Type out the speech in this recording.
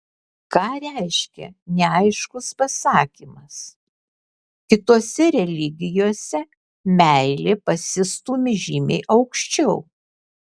ką reiškia neaiškus pasakymas kitose religijose meilė pasistūmi žymiai aukščiau